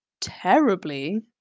terribly